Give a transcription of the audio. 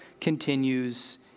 continues